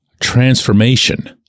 transformation